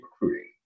recruiting